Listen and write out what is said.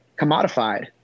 commodified